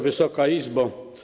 Wysoka Izbo!